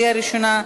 קריאה ראשונה.